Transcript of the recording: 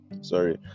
sorry